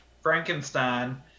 Frankenstein